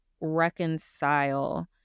reconcile